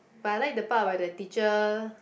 but I like the part where the teacher